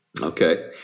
okay